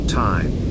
time